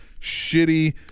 shitty